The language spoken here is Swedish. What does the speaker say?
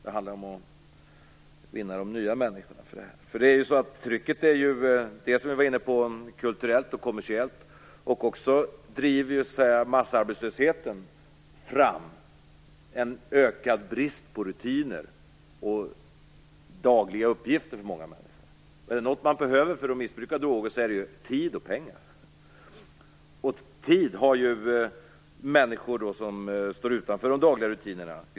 Det gäller nu att vinna nya människor. Trycket är både kulturellt och kommersiellt. Massarbetslösheten driver ju fram en ökad brist på rutiner och på dagliga uppgifter för många människor. Är det något man behöver för att missbruka droger så är det tid och pengar. Tid har ju de människor som står utanför de dagliga rutinerna.